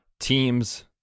teams